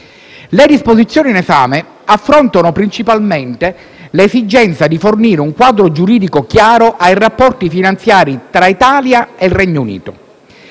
Le disposizioni in esame affrontano principalmente l'esigenza di fornire un quadro giuridico chiaro ai rapporti finanziari tra Italia e Regno Unito.